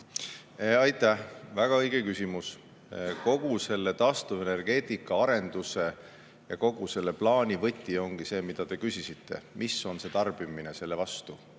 Aitäh! Väga õige küsimus. Taastuvenergeetika arenduse ja kogu selle plaani võti ongi see, mille kohta te küsisite: mis on see tarbimine selle vastu?